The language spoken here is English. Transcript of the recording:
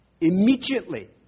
immediately